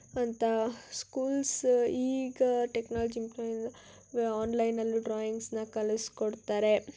ಅಂತ ಸ್ಕೂಲ್ಸ ಈಗ technology improve ಆನ್ಲೈನ್ನಲ್ಲೂ ಡ್ರಾಯಿಂಗ್ಸನ್ನ ಕಲಿಸಿಕೊಡ್ತಾರೆ